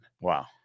Wow